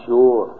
Sure